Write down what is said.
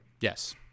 Yes